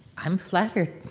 i'm flattered